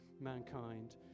mankind